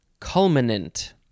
Culminant